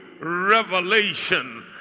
revelation